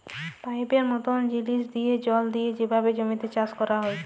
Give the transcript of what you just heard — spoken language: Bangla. পাইপের মতল জিলিস দিঁয়ে জল দিঁয়ে যেভাবে জমিতে চাষ ক্যরা হ্যয়